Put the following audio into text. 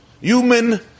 Human